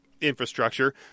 infrastructure